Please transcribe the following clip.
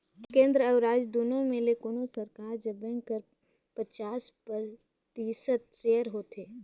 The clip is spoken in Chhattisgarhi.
केन्द्र अउ राएज दुनो में ले कोनोच सरकार जग बेंक कर पचास परतिसत सेयर होथे